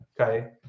Okay